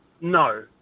No